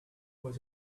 was